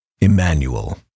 Emmanuel